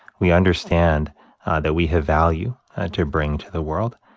we understand that we have value to bring to the world.